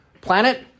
planet